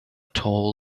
tall